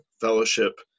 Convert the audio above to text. fellowship